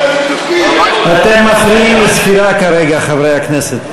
אתם מפריעים לספירה כרגע, חברי הכנסת.